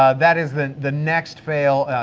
um that is the the next fail,